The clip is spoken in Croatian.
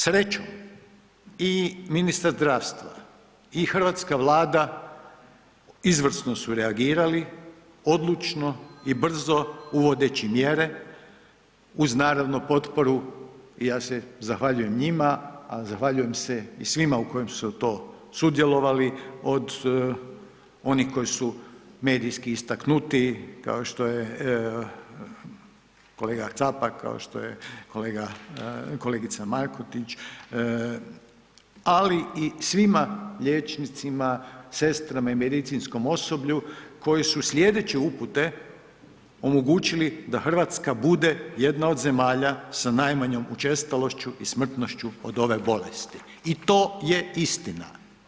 Srećom, i ministar zdravstva i hrvatska Vlada izvrsno su reagirali, odlučno i brzo uvodeći mjere uz naravno, potporu i ja se zahvaljujem njima, a zahvaljujem se i svima u kojem su to sudjelovali od onih koji su medijski istaknutiji, kao što je kolega Capak, kao što je kolegica Markotić, ali i svima liječnicima, sestrama i medicinskom osoblju koji su slijedeći upute omogućili da Hrvatska bude jedna od zemalja sa najmanjoj učestalošću i smrtnošću od ove bolesti i to je istina.